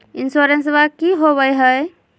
इंसोरेंसबा की होंबई हय?